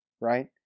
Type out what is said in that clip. right